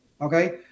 Okay